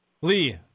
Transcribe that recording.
Lee